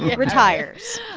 retires.